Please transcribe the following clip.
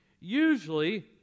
usually